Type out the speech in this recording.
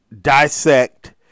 dissect